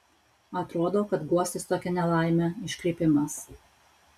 atrodo kad guostis tokia nelaime iškrypimas